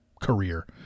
career